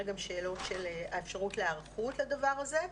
גם שאלות של האפשרות של היערכות לדבר הזה.